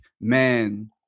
man